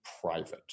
private